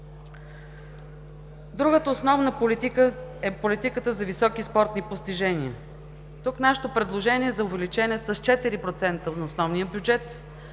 Другата основна политика е политиката за високи спортни постижения. Тук нашето предложение е за увеличение с 4% на основния бюджет